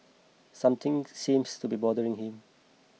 something seems to be bothering him